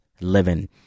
living